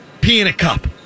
pee-in-a-cup